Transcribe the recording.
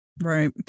Right